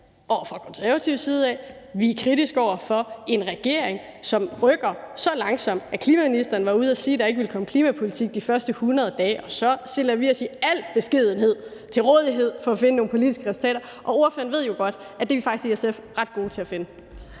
og fra Konservatives side har sagt, at vi er kritiske over for en regering, som rykker så langsomt, at klimaministeren var ude at sige, at der ikke ville komme klimapolitik de første 100 dage. Så stiller vi os i al beskedenhed til rådighed for at finde nogle politiske resultater. Ordføreren ved jo godt, at i SF er vi faktisk ret gode til at finde